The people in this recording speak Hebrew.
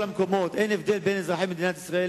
המקומות ואין הבדל בין אזרחי מדינת ישראל,